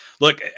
look